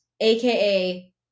AKA